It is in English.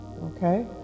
okay